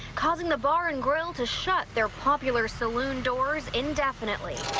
causing the bar and grill to shot their popular saloon doors indefinitely.